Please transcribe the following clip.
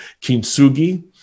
kintsugi